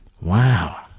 Wow